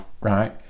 right